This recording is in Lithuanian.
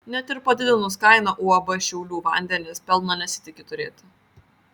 net ir padidinus kainą uab šiaulių vandenys pelno nesitiki turėti